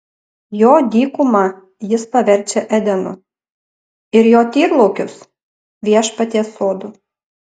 jo dykumą jis paverčia edenu ir jo tyrlaukius viešpaties sodu